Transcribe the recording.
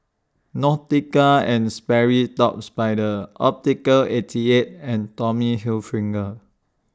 Nautica and Sperry Top Spider Optical eighty eight and Tommy